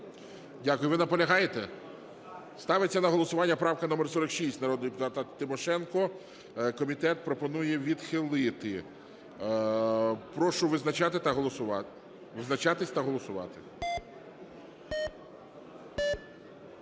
Дякую. Ви наполягаєте? Ставиться на голосування правка номер 46 народного депутата Тимошенко. Комітет пропонує відхилити. Прошу визначатись та голосувати.